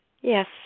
Yes